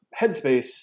headspace